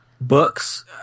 Books